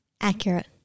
Accurate